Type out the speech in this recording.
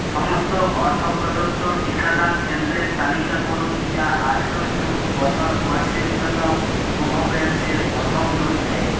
সমস্ত অর্থ প্রদত্ত টিকাদান কেন্দ্রের তালিকা করুন যা আঠারো যোগ বছর বয়সের জন্য কোভোভ্যাক্সের প্রথম ডোজ দেয়